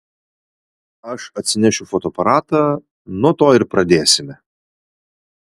aš atsinešiu fotoaparatą nuo to ir pradėsime